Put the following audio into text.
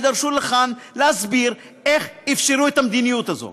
יידרשו לכאן להסביר איך אפשרו את המדיניות הזאת.